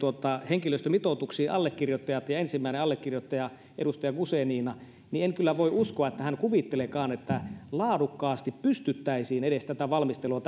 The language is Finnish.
henkilöstömitoituksiin allekirjoittajat ja ensimmäinen allekirjoittaja on edustaja guzenina niin en kyllä voi uskoa että hän kuvitteleekaan että laadukkaasti pystyttäisiin edes tätä valmistelua